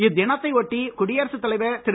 இத்தினத்தை ஒட்டி குடியரசுத் தலைவர் திரு